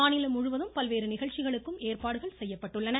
மாநிலம் முழுவதும் பல்வேறு நிகழ்ச்சிகளுக்கு ஏற்பாடுகள் செய்யப்பட்டுள்ளன